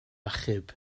achub